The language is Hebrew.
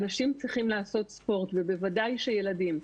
אנשים צריכים לעשות ספורט ובוודאי שילדים.